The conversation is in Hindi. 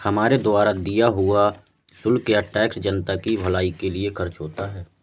हमारे द्वारा दिया हुआ शुल्क या टैक्स जनता की भलाई के लिए खर्च होता है